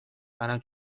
منم